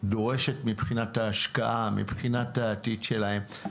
דורשת מבחינת ההשקעה, מבחינת העתיד שלהם.